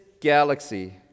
galaxy